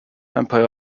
empire